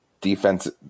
defense